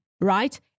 right